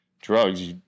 drugs